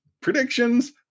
Predictions